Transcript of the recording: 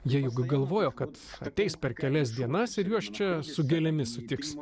jie juk galvojo kad ateis per kelias dienas ir juos čia su gėlėmis sutiks